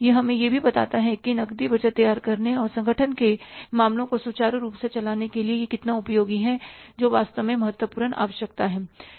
यह हमें यह भी बताता है कि नकद बजट तैयार करने और संगठन के मामलों को सुचारु रूप से चलाने के लिए यह कितना उपयोगी है जो वास्तव में महत्वपूर्ण आवश्यकता है